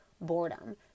boredom